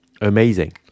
amazing